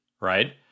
right